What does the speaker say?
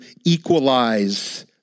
equalize